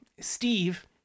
Steve